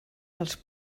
els